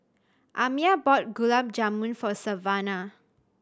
Amiah bought Gulab Jamun for Savana